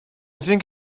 think